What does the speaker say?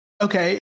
Okay